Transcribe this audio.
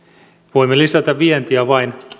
voimme lisätä vientiä vain